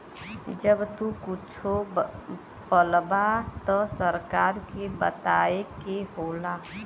जब तू कुच्छो पलबा त सरकार के बताए के होला